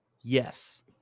Yes